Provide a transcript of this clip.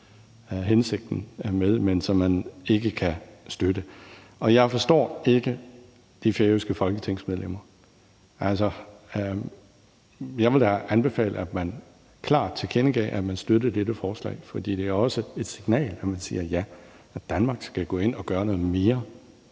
hensigten med, men som man alligevel ikke kan støtte. Jeg forstår ikke de færøske folketingsmedlemmer. Altså, jeg ville da klart anbefale, at man tilkendegav, at man støttede dette forslag, for det er også et signal, at man siger, at ja, Danmark skal gå ind og gøre noget mere,